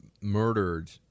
murdered